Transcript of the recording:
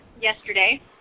yesterday